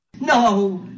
No